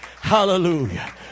Hallelujah